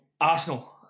Arsenal